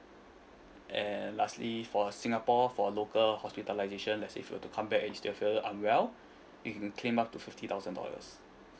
and lastly for singapore for local hospitalisation let say if you're to come back and still feel unwell you can claim up to fifty thousand dollars